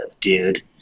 dude